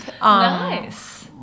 Nice